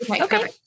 Okay